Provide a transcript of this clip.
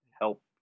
help